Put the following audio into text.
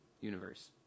universe